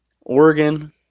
Oregon